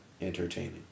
entertaining